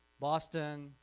boston,